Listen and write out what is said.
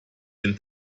den